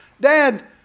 dad